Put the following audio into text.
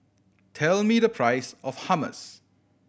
tell me the price of Hummus